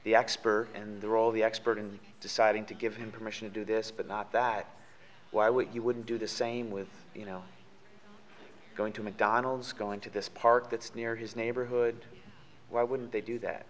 the expert in the role of the expert in deciding to give him permission to do this but not that why would he wouldn't do the same with you know going to mcdonald's going to this park that's near his neighborhood why wouldn't they do